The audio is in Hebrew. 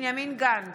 בנימין גנץ,